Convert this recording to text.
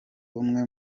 umwe